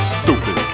stupid